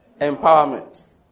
Empowerment